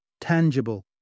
tangible